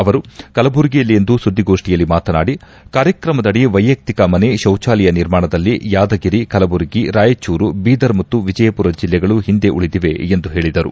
ಅವರು ಕಲಬುರಗಿಯಲ್ಲಿಂದು ಸುದ್ಲಿಗೋಷ್ಲಿಯಲ್ಲಿ ಮಾತನಾಡಿ ಕಾರ್ಯಕ್ರಮದಡಿ ವೈಯಕ್ತಿಕ ಮನೆ ಶೌಚಾಲಯ ನಿರ್ಮಾಣದಲ್ಲಿ ಯಾದಗಿರಿ ಕಲಬುರಗಿ ರಾಯಚೂರು ಬೀದರ್ ಮತ್ತು ವಿಜಯಪುರ ಜಿಲ್ಲೆಗಳು ಹಿಂದೆ ಉಳಿದಿವೆ ಎಂದು ಹೇಳಿದರು